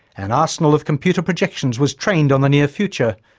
an arsenal of computer projections was trained on the near future.